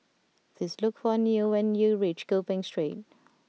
please look for Newt when you reach Gopeng Street